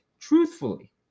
truthfully